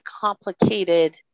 complicated